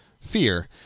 fear